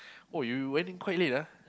oh you went in quite late ah